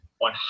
on